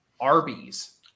Arby's